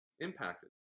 Impacted